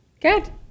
good